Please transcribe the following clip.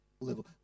level